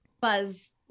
buzz